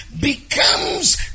becomes